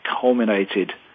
culminated